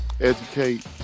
educate